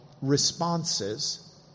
responses